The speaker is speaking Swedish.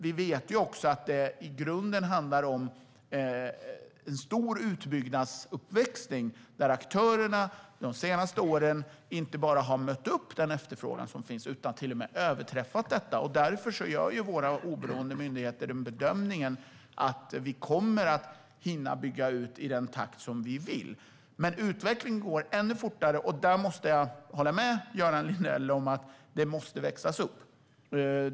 Vi vet att det i grunden handlar om en stor utbyggnadsuppväxling där aktörerna de senaste åren inte bara har mött den efterfrågan som finns utan till och med överträffat den. Därför gör våra oberoende myndigheter bedömningen att vi kommer att hinna bygga ut i den takt som vi vill. Men utvecklingen går ännu fortare, och jag håller med Göran Lindell om att det måste växlas upp.